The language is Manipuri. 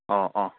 ꯑꯣ ꯑꯣ